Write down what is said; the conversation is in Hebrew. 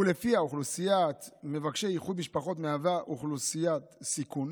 ולפיה אוכלוסיית מבקשי איחוד משפחות מהווה אוכלוסיית סיכון,